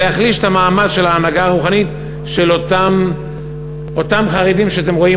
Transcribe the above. זה יחליש את המעמד של ההנהגה הרוחנית של אותם חרדים שאתם רואים